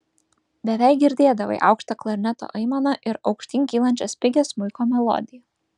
beveik girdėdavai aukštą klarneto aimaną ir aukštyn kylančią spigią smuiko melodiją